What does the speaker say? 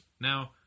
now